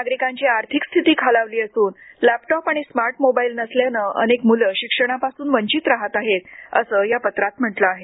नागरिकांची आर्थिक स्थिती खालावली असून लॅपटॉप आणि स्मार्ट मोबाइल नसल्याने अनेक मुलं शिक्षणापासून वंचित राहत आहेत असं या पत्रात म्हटले आहे